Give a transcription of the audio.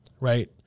right